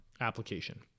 application